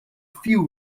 few